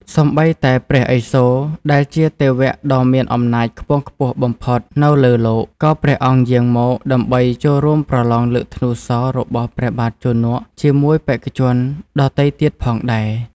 សូម្បីតែព្រះឥសូរ ដែលជាទេវដ៏មានអំណាចខ្ពង់ខ្ពស់បំផុតនៅលើលោក ក៏ព្រះអង្គយាងមក ដើម្បីចូលរួមប្រឡងលើកធ្នូសររបស់ព្រះបាទជនក ជាមួយបេក្ខជនដទៃទៀតផងដែរ។